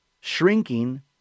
shrinking